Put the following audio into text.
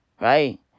right